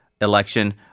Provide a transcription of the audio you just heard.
election